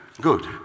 Good